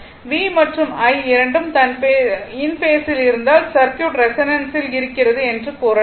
V மற்றும் I இரண்டும் இன் பேஸில் இருந்தால் சர்க்யூட் ரெசோனன்ஸில் இருக்கிறது என்று கூறலாம்